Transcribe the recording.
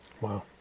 Wow